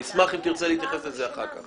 אני אשמח אם תרצה להתייחס לזה אחר כך.